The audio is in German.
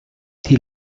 die